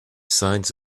signs